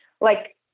like-